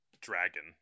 dragon